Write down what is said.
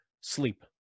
sleep